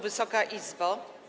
Wysoka Izbo!